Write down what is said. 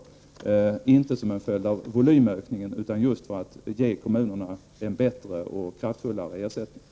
Detta skedde inte till följd av volymökningen, utan just i syfte att ge kommunerna en bättre och kraftfullare ersättning.